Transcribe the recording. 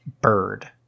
bird